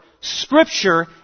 Scripture